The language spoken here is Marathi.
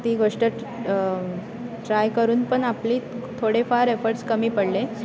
ती गोष्ट ट्राय करून पण आपली थोडेफार एफर्ट्स कमी पडले